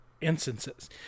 instances